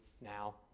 now